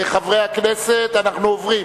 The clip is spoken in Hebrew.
אני קובע